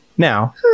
Now